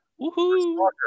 Woohoo